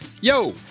Yo